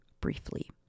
briefly